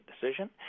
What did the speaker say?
decision